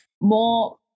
More